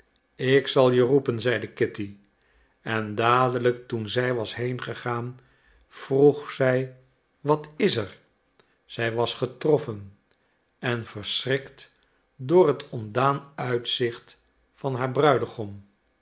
ik zal je roepen zeide kitty en dadelijk toen zij was heengegaan vroeg zij wat is er zij was getroffen en verschrikt door het ontdaan uitzicht van haar bruidegom